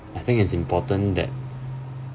I think it's important that